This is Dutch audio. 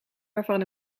waarvan